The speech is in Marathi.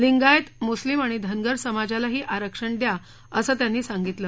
लिंगायत मुस्लीम आणि धनगर समाजालाही आरक्षण द्या असं त्यांनी सांगितलं